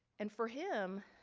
and for him,